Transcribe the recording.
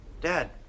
Dad